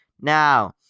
Now